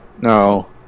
No